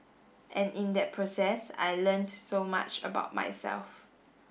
and in that process I learnt so much about myself